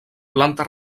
planta